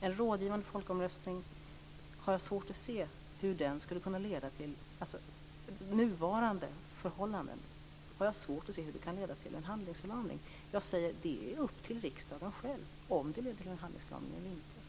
Jag har svårt att se hur nuvarande förhållanden skulle kunna leda till handlingsförlamning. Jag menar att det är upp till riksdagen om de gör det eller inte.